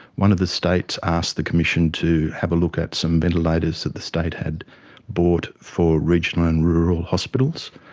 one of the states asked the commission to have a look at some ventilator is that the state had bought for regional and rural hospitals.